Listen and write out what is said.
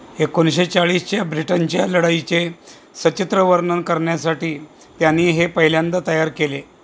एकोणीसशे चाळीसच्या ब्रिटनच्या लढाईचे सचित्र वर्णन करण्यासाठी त्यांनी हे पहिल्यांदा तयार केले